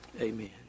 Amen